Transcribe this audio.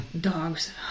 dogs